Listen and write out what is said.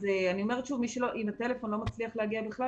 אז אני אומרת שוב שמי שלא מצליח להגיע בטלפון,